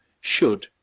should,